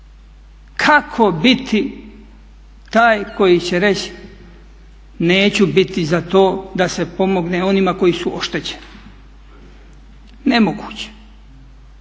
Kako biti taj koji će reći neću biti za to da se pomogne onima koji su oštećeni, nemoguće